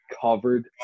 covered